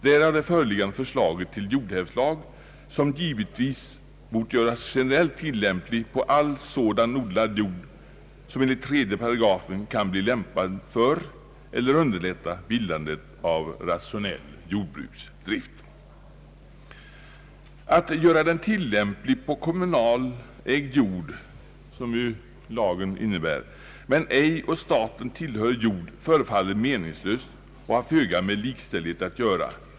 Därav det föreliggande förslaget till jordhävdslag, som givetvis bort göras generellt tillämplig på all sådan odlad jord som enligt 3 § kan bli lämpad för eller underlätta bildandet av rationell jordbruksdrift. Att göra den tillämplig på kommunägd jord, som nu är fallet, men ej å staten tillhörig jord förefaller meningslöst och har föga med likställdhet att göra.